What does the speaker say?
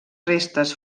restes